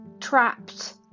trapped